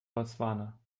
botswana